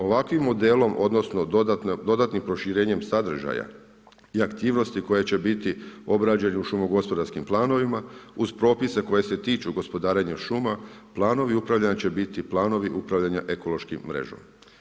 Ovakvim modelom, odnosno dodatnim proširenjem sadržaja i aktivnosti koje će biti obrađene u šumo-gospodarskim planovima, uz propise koji se tiču gospodarenja šuma, planovi upravljanja će biti planovi upravljanja ekološkim mrežama.